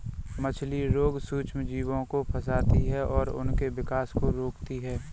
मछली रोग सूक्ष्मजीवों को फंसाती है और उनके विकास को रोकती है